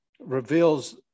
reveals